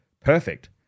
perfect